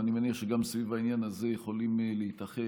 ואני מניח שגם סביב העניין הזה יכולים להתאחד,